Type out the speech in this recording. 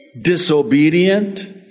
disobedient